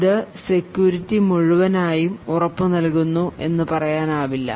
ഇത് സെക്യൂരിറ്റി മുഴുവനായും ഉറപ്പു നൽകുന്നു എന്നു പറയാനാവില്ല